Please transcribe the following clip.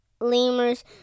lemurs